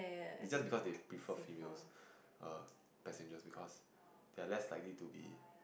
its just because they prefer females err passengers because they are less likely to be